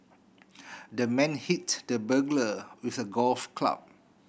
the man hit the burglar with a golf club